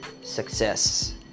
success